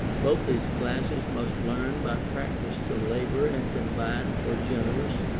both these classes must learn by practice to labour and combine for generous,